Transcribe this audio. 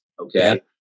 okay